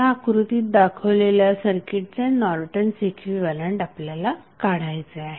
या आकृतीत दाखवलेल्या सर्किटचे नॉर्टन्स इक्विव्हॅलंट आपल्याला काढायचे आहे